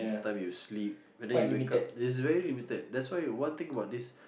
time you sleep and then you wake up it's very limited that's why one thing about this